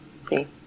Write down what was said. See